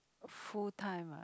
full time ah